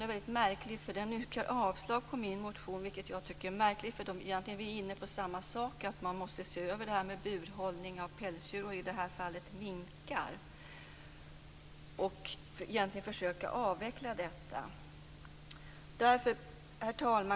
Den innebär nämligen att man yrkar avslag på min motion. Men egentligen är vi inne på samma sak, nämligen att det måste göras en översyn av detta med burhållning av pälsdjur, i det här fallet gäller det minkar, och att man måste försöka avveckla detta. Herr talman!